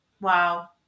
Wow